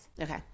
Okay